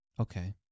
okay